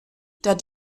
der